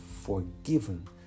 forgiven